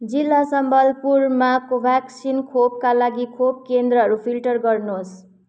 जिल्ला सम्बलपुरमा कोभ्याक्सिन खोपका लागि खोप केन्द्रहरू फिल्टर गर्नुहोस्